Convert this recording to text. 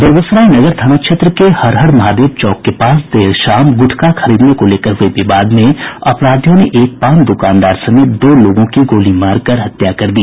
बेगूसराय नगर थाना क्षेत्र के हरहर महादेव चौक के पास देर शाम गुटखा खरीदने को लेकर हुए विवाद में अपराधियों ने एक पान दुकानदार समेत दो लोगों की गोली मारकर हत्या कर दी